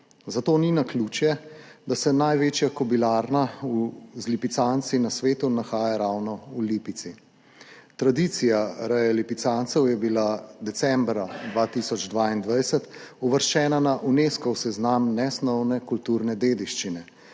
zato ni naključje, da se največja kobilarna z lipicanci na svetu nahaja ravno v Lipici. Tradicija reje lipicancev je bila decembra 2022 uvrščena na Unescov seznam nesnovne kulturne dediščine.